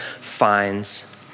finds